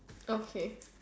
okay